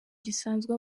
gisanzwe